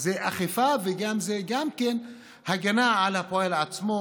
זה אכיפה וגם הגנה על הפועל עצמו,